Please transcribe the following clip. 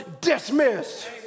dismissed